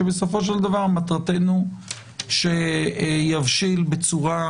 שבסופו של דבר מטרתנו שיבשיל בצורה